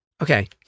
Okay